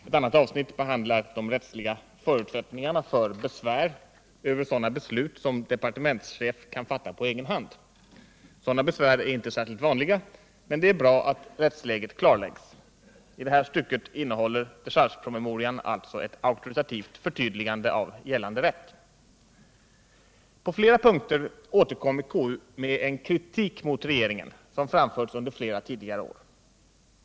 Ett annat avsnitt behandlar de rättsliga förutsättningarna för besvär över sådana beslut som departementschef kan fatta på egen hand. Sådana besvär är inte särskilt vanliga, men det är bra att rättsläget klarläggs. I det här stycket innehåller dechargepromemorian alltså ett auktoritativt förtydligande av gällande rätt. På flera punkter återkommer KU med en kritik mot regeringen, som framförts under flera tidigare år.